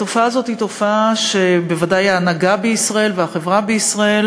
התופעה הזאת היא תופעה שבוודאי ההנהגה בישראל והחברה בישראל